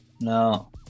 No